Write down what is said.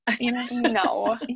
no